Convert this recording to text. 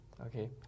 okay